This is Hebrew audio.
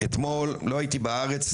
אתמול לא הייתי בארץ,